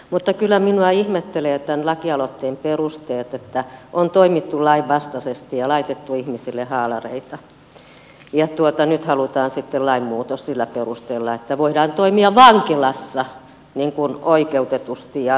mutta kyllä minua ihmetyttävät tämän laki aloitteen perusteet että on toimittu lainvastaisesti ja laitettu ihmisille haalareita ja nyt halutaan sitten lainmuutos sillä perusteella että voidaan toimia vankilassa niin kuin oikeutetusti ja lain mukaan